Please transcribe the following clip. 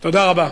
תודה רבה.